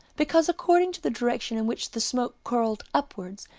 because according to the direction in which the smoke curled upwards,